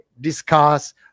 discuss